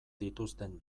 dituzten